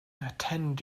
attend